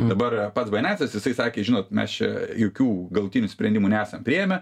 dabar pats bainensas jisai sakė žinot mes čia jokių galutinių sprendimų nesam priėmę